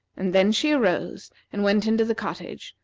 and then she arose and went into the cottage,